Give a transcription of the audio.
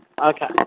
Okay